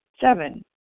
Seven